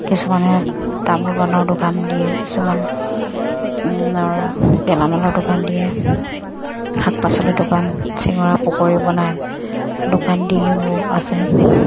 কিছুমানে তামোল পাণৰ দোকান দিয়ে কিছুমান গেলামালৰ দোকান দিয়ে শাক পাচলিৰ দোকান চিঙৰা পকৰী বনাই দোকান দি আছে